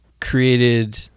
created